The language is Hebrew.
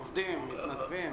--- עובדים, מתנדבים?